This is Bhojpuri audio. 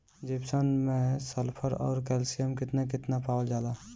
जिप्सम मैं सल्फर औरी कैलशियम कितना कितना पावल जाला?